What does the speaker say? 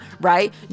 right